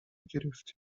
گرفتیم